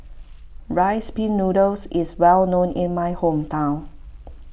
Rice Pin Noodles is well known in my hometown